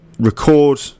record